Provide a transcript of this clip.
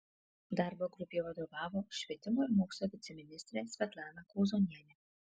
darbo grupei vadovavo švietimo ir mokslo viceministrė svetlana kauzonienė